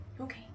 Okay